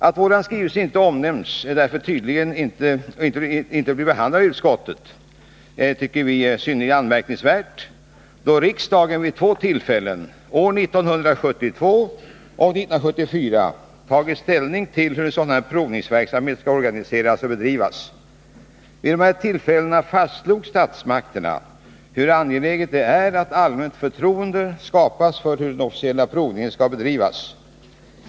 Att vår skrivelse inte omnämns och tydligen inte har blivit behandlad av utskottet tycker vi är synnerligen anmärkningsvärt, då riksdagen vid två tillfällen — åren 1972 och 1974 — tagit ställning till hur sådan provningsverksamhet skall organiseras och bedrivas. Vid de här tillfällena fastslog statsmakterna hur angeläget det är att ett allmänt förtroende skapas för hur den officiella provningen skall bedrivas.